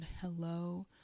hello